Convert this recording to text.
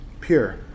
pure